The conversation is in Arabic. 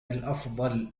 الأفضل